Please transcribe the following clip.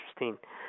interesting